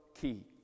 key